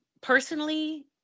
Personally